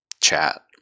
chat